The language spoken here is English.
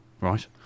right